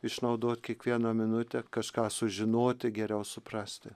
išnaudot kiekvieną minutę kažką sužinoti geriau suprasti